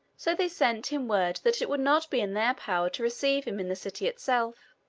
so they sent him word that it would not be in their power to receive him in the city itself,